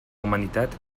humanitat